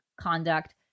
conduct